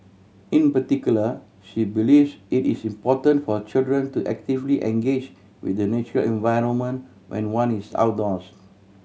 in particular she believes it is important for children to actively engage with the natural environment when one is outdoors